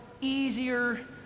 easier